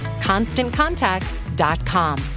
ConstantContact.com